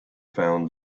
found